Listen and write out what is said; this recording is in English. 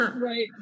Right